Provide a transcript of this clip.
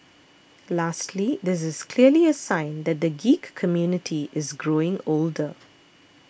lastly this is clearly a sign that the geek community is growing older